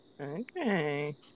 Okay